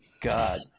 God